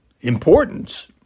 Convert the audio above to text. importance